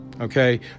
okay